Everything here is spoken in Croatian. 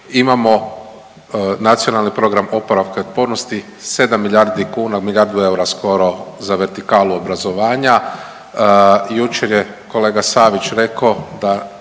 Imamo Nacionalni program oporavka i otpornosti 7 milijardi kuna, milijardu eura skoro za vertikalu obrazovanja. Jučer je kolega Savić rekao da